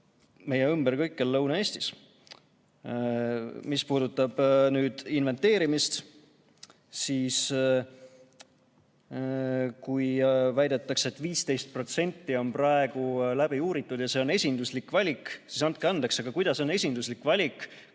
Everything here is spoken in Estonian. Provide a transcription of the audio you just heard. meie ümber kõikjal Lõuna-Eestis. Mis puudutab inventeerimist, siis väidetakse, et 15% on praegu läbi uuritud ja see on esinduslik valik. Aga andke andeks, kuidas on see esinduslik valik,